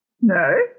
no